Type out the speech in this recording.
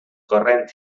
corrent